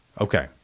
Okay